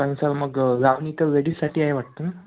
पण सर मग लावणी तर वेडीजसाठी आहे वाटतं ना